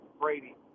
Brady